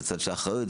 את הצד של האחריות,